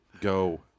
Go